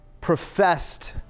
professed